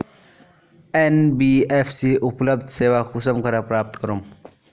NBFC उपलब्ध सेवा कुंसम करे प्राप्त करूम?